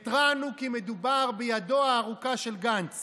התרענו כי מדובר בידו הארוכה של גנץ